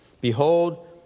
Behold